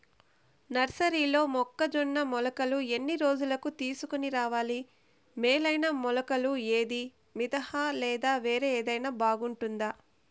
నర్సరీలో మొక్కజొన్న మొలకలు ఎన్ని రోజులకు తీసుకొని రావాలి మేలైన మొలకలు ఏదీ? మితంహ లేదా వేరే ఏదైనా బాగుంటుందా?